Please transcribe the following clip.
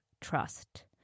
trust